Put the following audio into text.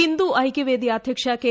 ഹിന്ദു ഐക്യവേദി അധ്യക്ഷ കെ